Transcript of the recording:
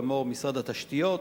לאמור משרד התשתיות,